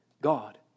God